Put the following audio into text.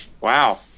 Wow